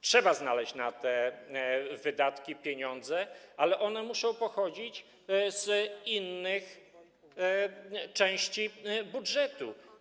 Trzeba znaleźć na te wydatki pieniądze, ale one muszą pochodzić z innych części budżetu.